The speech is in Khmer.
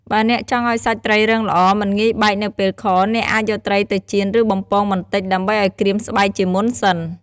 បើអ្នកចង់ឱ្យសាច់ត្រីរឹងល្អ មិនងាយបែកនៅពេលខ អ្នកអាចយកត្រីទៅចៀន ឬបំពងបន្តិច ដើម្បីឱ្យក្រៀមស្បែកជាមុនសិន។